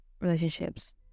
relationships